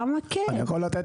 למה כן?